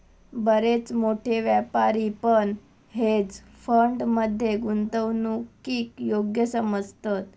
बरेच मोठे व्यापारी पण हेज फंड मध्ये गुंतवणूकीक योग्य समजतत